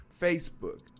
Facebook